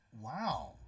wow